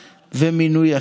התקבלה.